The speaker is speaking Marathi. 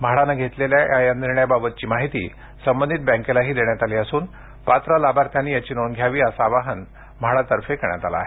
म्हाडाने घेतलेल्या या निर्णयाबाबतची माहिती संबंधित बँकेलाही देण्यात आली असून पात्र लाभार्थ्यांनी याची नोंद घ्यावी असं आवाहन म्हाडातर्फे करण्यात आलं आहे